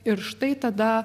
ir štai tada